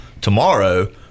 tomorrow